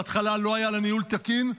בהתחלה לא היה לה ניהול תקין,